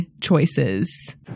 choices